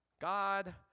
God